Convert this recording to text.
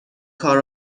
کار